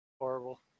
Horrible